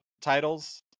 titles